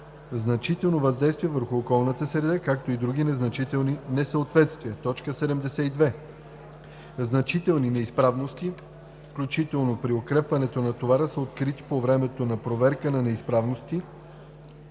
значително въздействие върху околната среда, както и други незначителни несъответствия. 72. „Значителни неизправности“, включително при укрепването на товара са откритите по времето на проверка неизправности,